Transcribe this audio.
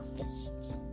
fists